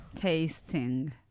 Tasting